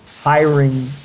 hiring